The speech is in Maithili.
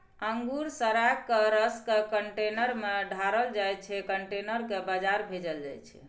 अंगुर सराए केँ रसकेँ कंटेनर मे ढारल जाइ छै कंटेनर केँ बजार भेजल जाइ छै